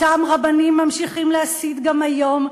אותם רבנים ממשיכים להסית גם היום.